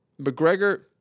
McGregor